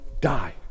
die